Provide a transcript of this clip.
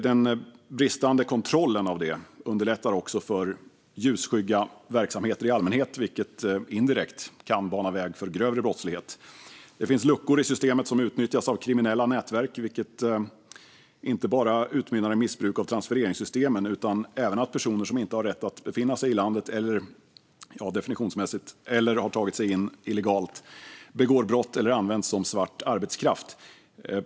Den bristande kontrollen underlättar också för ljusskygga verksamheter i allmänhet, vilket indirekt kan bana väg för grövre brottslighet. Det finns luckor i systemet som utnyttjas av kriminella nätverk, vilket inte bara utmynnar i missbruk av transfereringssystemen utan även i att personer som inte har rätt att befinna sig i landet, definitionsmässigt, eller har tagit sig in illegalt begår brott eller används som svart arbetskraft.